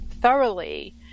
thoroughly